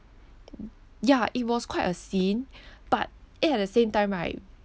ya it was quite a scene but eh at the same time right